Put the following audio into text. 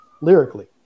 lyrically